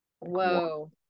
Whoa